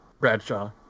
Bradshaw